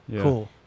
cool